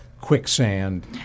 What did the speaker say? quicksand